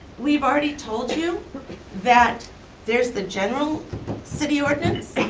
we've already told you that there's the general city ordinance,